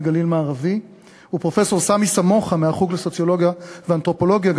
גליל מערבי ופרופסור סמי סמוחה מהחוג לסוציולוגיה ואנתרופולוגיה,